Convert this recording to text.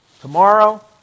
tomorrow